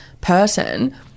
person